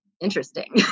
interesting